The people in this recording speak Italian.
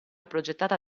progettata